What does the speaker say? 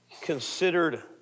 considered